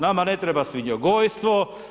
Nama ne treba svinjogojstvo.